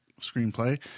screenplay